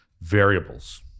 variables